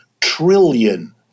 trillion